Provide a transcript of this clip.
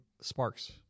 sparks